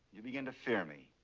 you begin to fear me.